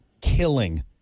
killing